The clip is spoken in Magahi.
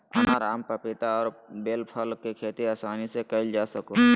अनार, आम, पपीता और बेल फल के खेती आसानी से कइल जा सकय हइ